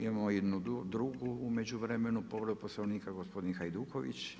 Imamo jednu drugu u međuvremenu povredu Poslovnika, gospodin Hajduković…